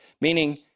Meaning